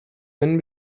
men